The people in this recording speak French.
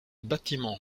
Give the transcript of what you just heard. bâtiment